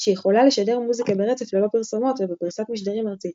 שיכולה לשדר מוזיקה ברצף ללא פרסומות ובפריסת משדרים ארצית